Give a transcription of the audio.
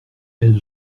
elle